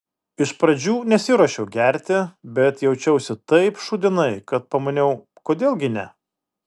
iš pradžių nesiruošiau gerti bet jaučiausi taip šūdinai kad pamaniau kodėl gi ne